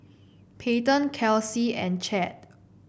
Payten Kelsie and Chadd